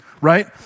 right